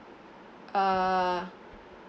uh